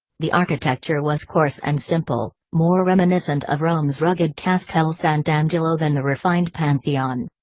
the architecture was coarse and simple, more reminiscent of rome's rugged castel sant'angelo than the refined pantheon.